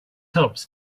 helps